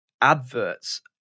adverts